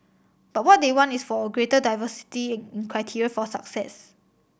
but what they want is for a greater diversity in criteria for success